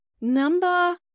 Number